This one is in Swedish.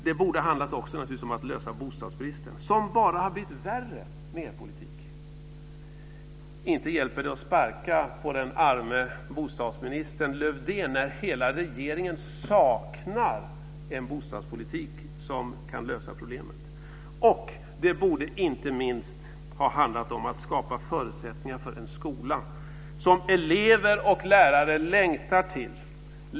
Det borde naturligtvis också ha handlat om att lösa problemet med bostadsbristen, som bara har blivit värre med er politik. Inte hjälper det att sparka på den arme bostadsministern Lövdén när hela regeringen saknar en bostadspolitik som kan lösa problemet. Inte minst borde det också ha handlat om att skapa förutsättningar för en skola som elever och lärare längtar till.